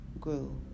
grew